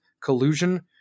collusion